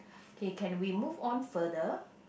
okay can we move on further